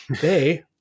They-